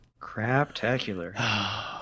Craptacular